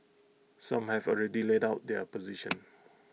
some have already laid out their position